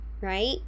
right